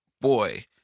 Boy